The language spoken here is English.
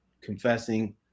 confessing